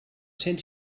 cent